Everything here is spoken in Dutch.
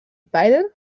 pijler